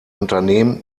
unternehmen